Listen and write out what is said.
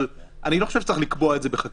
אבל אני לא חושב שצריך לקבוע את זה בחקיקה.